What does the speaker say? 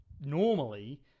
normally